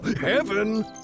heaven